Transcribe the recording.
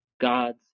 God's